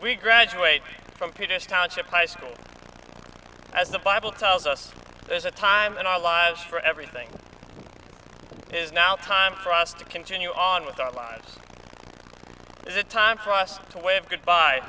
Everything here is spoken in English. we graduate from peters township high school as the bible tells us there's a time in our lives for everything is now time for us to continue on with our lives is it time for us to wave goodbye